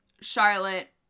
Charlotte